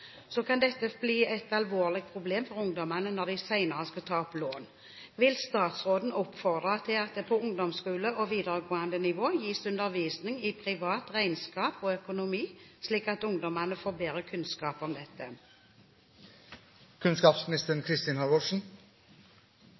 så kan dette bli et alvorlig problem for ungdommene når de senere skal ta opp lån. Vil statsråden oppfordre til at det på ungdomsskole og videregående nivå gis undervisning i privat regnskap og økonomi, slik at ungdommene får bedre kunnskap om dette?» Det er riktig som representanten sier, at betalingsproblemene har